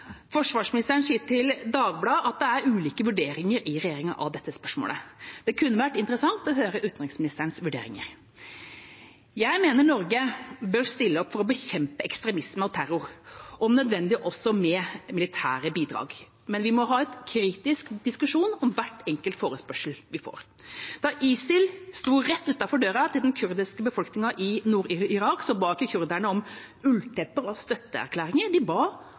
Forsvarsministeren sier til Dagbladet at det er ulike vurderinger av dette spørsmålet i regjeringa. Det kunne vært interessant å høre utenriksministerens vurderinger. Jeg mener Norge bør stille opp for å bekjempe ekstremisme og terror, om nødvendig også med militære bidrag. Men vi må ha en kritisk diskusjon om hver enkelt forespørsel vi får. Da ISIL sto rett utenfor døra til den kurdiske befolkningen i Nord-Irak, ba ikke kurderne om ulltepper og støtteerklæringer. De ba